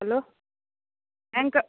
hello ಹ್ಯಾಂಕ್